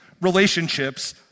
relationships